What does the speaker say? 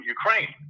Ukraine